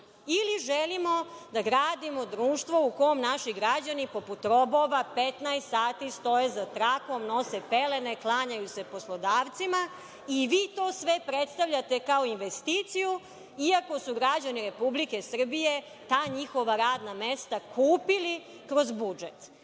ili želimo da gradimo društvo u kom naši građani poput robova 15 sati stoje za trakom, nose pelene, klanjaju se poslodavcima. Vi sve to predstavljate kao investiciju, iako su građani Republike Srbije ta njihova radna mesta kupili kroz budžet. Mi